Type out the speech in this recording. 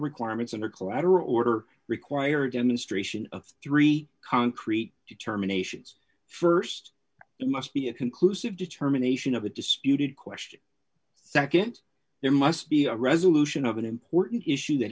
requirements under collateral order require demonstration of three concrete determinations st it must be a conclusive determination of a disputed question nd there must be a resolution of an important issue that